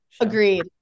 agreed